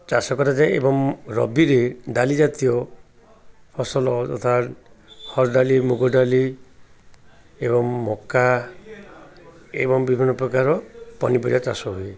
ଚାଷ କରାଯାଏ ଏବଂ ରବିରେ ଡାଲି ଜାତୀୟ ଫସଲ ତଥା ହରଡ଼ଡ଼ାଲି ମୁଗ ଡାଲି ଏବଂ ମକା ଏବଂ ବିଭିନ୍ନ ପ୍ରକାର ପନିପରିବା ଚାଷ ହୁଏ